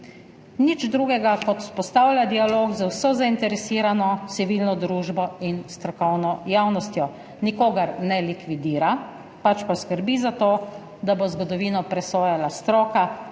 Nič drugega, kot vzpostavlja dialog z vso zainteresirano civilno družbo in strokovno javnostjo. Nikogar ne likvidira, pač pa skrbi za to, da bo zgodovino presojala stroka,